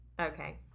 Okay